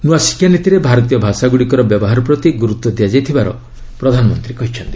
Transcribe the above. ନୂଆ ଶିକ୍ଷାନୀତିରେ ଭାରତୀୟ ଭାଷାଗୁଡ଼ିକର ବ୍ୟବହାର ପ୍ରତି ଗୁରୁତ୍ୱ ଦିଆଯାଇଥିବାର ପ୍ରଧାନମନ୍ତ୍ରୀ କହିଛନ୍ତି